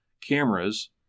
cameras